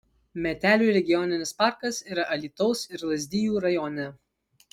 metelių regioninis parkas yra alytaus ir lazdijų rajone